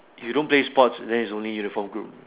you don't play sports then is only uniform groups